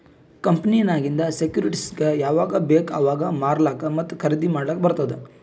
ಕಂಪನಿನಾಗಿಂದ್ ಸೆಕ್ಯೂರಿಟಿಸ್ಗ ಯಾವಾಗ್ ಬೇಕ್ ಅವಾಗ್ ಮಾರ್ಲಾಕ ಮತ್ತ ಖರ್ದಿ ಮಾಡ್ಲಕ್ ಬಾರ್ತುದ್